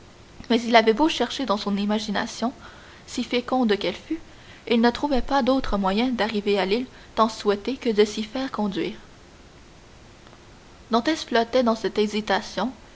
mais il avait beau chercher dans son imagination si féconde qu'elle fût il ne trouvait pas d'autres moyens d'arriver à l'île tant souhaitée que de s'y faire conduire dantès flottait dans cette hésitation